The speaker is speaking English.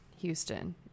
Houston